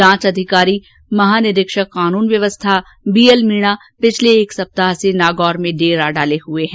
जांच अधिकारी महानिरीक्षक कानून व्यवस्था बी एल मीणापिछले एक सप्ताह से नागौर में डेरा डाले हुए हैं